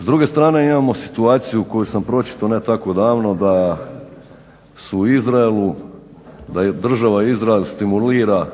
S druge strane imamo situaciju koju sam pročitao ne tako davno da država Izrael stimulira